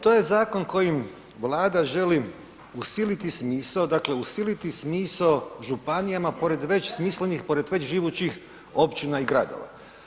To je zakon kojim Vlada želi usiliti smisao, dakle usiliti smisao županijama pored već smislenih, pored već živućih općina i gradova.